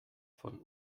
von